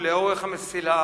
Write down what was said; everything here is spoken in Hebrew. "ולאורך המסילה